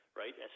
right